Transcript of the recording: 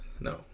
No